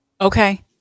Okay